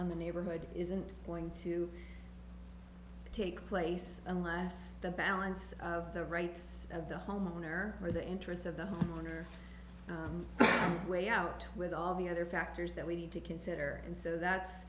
on the neighborhood isn't going to take place unless the balance of the rights of the homeowner or the interests of the homeowner way out with all the other factors that we need to consider and so that's